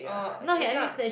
or if not